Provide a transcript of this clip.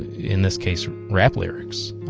in this case, rap lyrics.